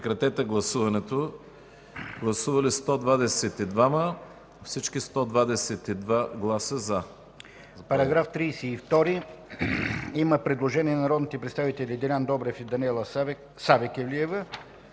По § 33 има предложение на народните представители Делян Добрев и Даниела Савеклиева.